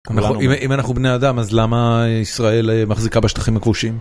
אם אנחנו בני אדם, אז למה ישראל מחזיקה בשטחים הכבושים?